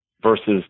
versus